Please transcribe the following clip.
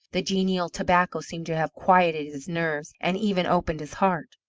the genial tobacco seemed to have quieted his nerves, and even opened his heart.